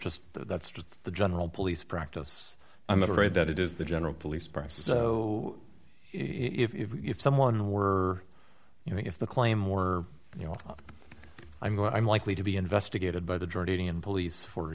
just that's just the general police practice i'm afraid that it is the general police press so if someone were you know if the claim were you know i'm not i'm likely to be investigated by the jordanian police for